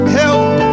help